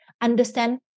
understand